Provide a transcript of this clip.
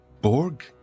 Borg